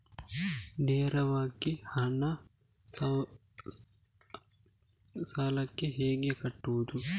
ನೇರವಾಗಿ ಹಣ ಸಾಲಕ್ಕೆ ಹೇಗೆ ಕಟ್ಟುವುದು?